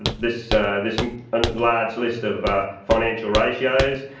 this this and large list of financial ratios,